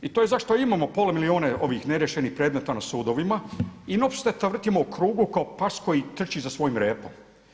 I to je zašto imamo pola milijuna ovih neriješenih predmeta na sudovima i non stop se vrtimo u krug kao pas koji trči za svojim repom.